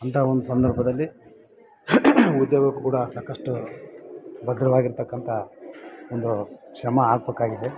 ಅಂತ ಒಂದು ಸಂದರ್ಭದಲ್ಲಿ ಉದ್ಯೋಗ ಕೂಡ ಸಾಕಷ್ಟು ಬದಲಾಗಿರ್ತಕ್ಕಂಥ ಒಂದು ಶ್ರಮ ಆಗ್ಬೇಕಾಗಿದೆ